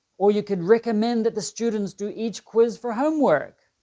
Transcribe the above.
or you could recommend that the students do each quiz for homework.